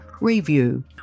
Review